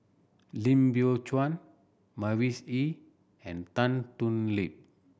Lim Biow Chuan Mavis Hee and Tan Thoon Lip